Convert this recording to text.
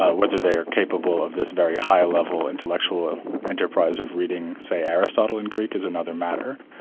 ah whether they're capable of this very high level intellectual enterprise of reading, say, aristotle in greek is another matter.